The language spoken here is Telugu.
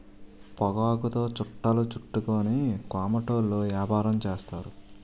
పొగాకుతో చుట్టలు చుట్టుకొని కోమటోళ్ళు యాపారం చేస్తారు